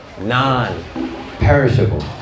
non-perishable